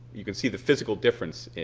you can see the physical difference.